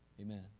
Amen